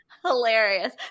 Hilarious